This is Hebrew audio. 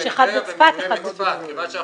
יש שני מבנים, אחד בצפת, אחד בטבריה.